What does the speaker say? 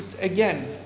again